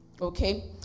okay